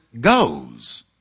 goes